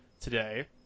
today